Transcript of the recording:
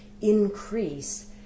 increase